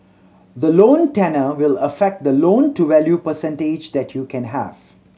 the loan tenure will affect the loan to value percentage that you can have